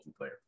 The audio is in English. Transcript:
multiplayer